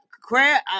crab